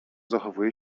zachowuje